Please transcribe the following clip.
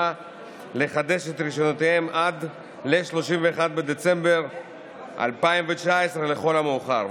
לחדש את רישיונותיהם עד ל-1 בדצמבר 2019 לכל המאוחר,